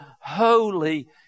holy